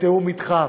בתיאום אתך,